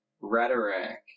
rhetoric